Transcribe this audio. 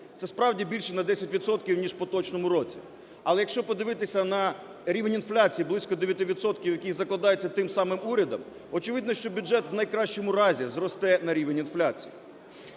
Це справді більше на 10 відсотків, ніж в поточному році. Але, якщо подивитися на рівень інфляції, близько 9 відсотків, який закладається тим самим урядом, очевидно, що бюджет в найкращому разі зросте на рівень інфляції.